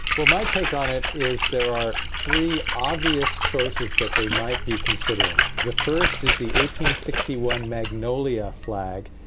well, my take on it is there are three obvious choices that they might be considering. the first is the eighteen sixty one magnolia flag,